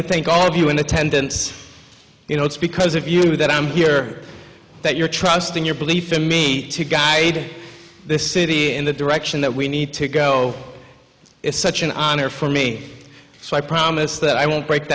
to thank all of you in attendance you know it's because of you that i'm here that you're trusting your belief in me to guide this city in the direction that we need to go is such an honor for me so i promise that i will break